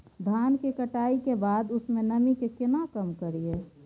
धान की कटाई के बाद उसके नमी के केना कम करियै?